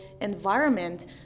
environment